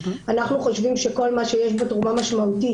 אנחנו חושבים שכל מה שיש בו תרומה משמעותית